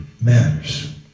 matters